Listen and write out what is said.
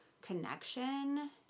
connection